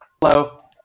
Hello